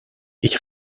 ich